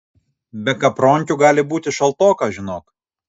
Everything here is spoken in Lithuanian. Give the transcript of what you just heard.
be kapronkių gali būti šaltoka žinok